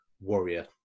Warrior